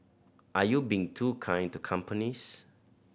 are you being too kind to companies